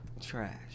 Trash